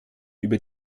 über